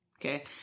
Okay